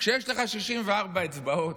כשיש לך 64 אצבעות,